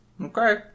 Okay